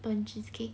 本 cheesecake